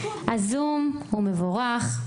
הזום הוא מבורך,